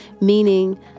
meaning